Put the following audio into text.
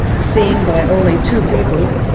seen by only two people